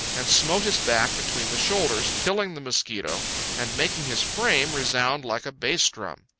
and smote his back between the shoulders, killing the mosquito and making his frame resound like a bass drum.